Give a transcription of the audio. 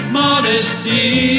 modesty